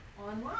Online